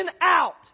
out